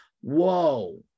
Whoa